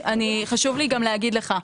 חשוב לי גם להגיד לך,